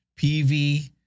PV